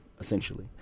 essentially